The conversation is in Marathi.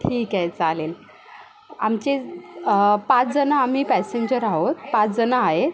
ठीक आहे चालेल आमची पाचजणं आम्म्ही पॅसेंजर आहोत पाचजणं आहेत